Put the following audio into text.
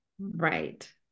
Right